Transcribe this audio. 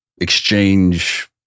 exchange